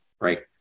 right